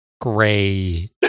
gray